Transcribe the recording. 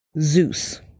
Zeus